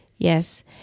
Yes